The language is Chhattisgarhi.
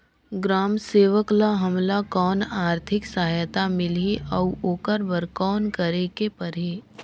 ग्राम सेवक ल हमला कौन आरथिक सहायता मिलही अउ ओकर बर कौन करे के परही?